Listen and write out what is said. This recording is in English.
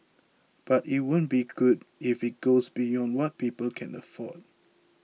but it won't be good if it goes beyond what people can afford